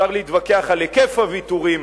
אפשר להתווכח על היקף הוויתורים,